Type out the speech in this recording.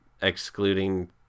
excluding